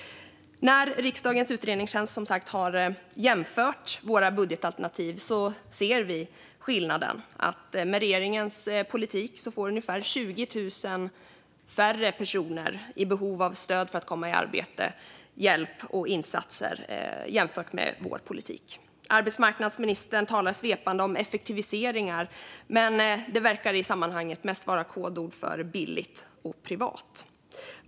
Riksdagens utredningstjänst har som sagt jämfört våra budgetalternativ. Då ser vi skillnaden. Med regeringens politik får ungefär 20 000 färre personer i behov av stöd för att komma i arbete hjälp och insatser jämfört med vår politik. Arbetsmarknadsministern talar svepande om effektiviseringar, men det verkar i sammanhanget mest vara kodord för billigt och privat.